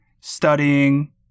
studying